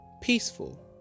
peaceful